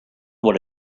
what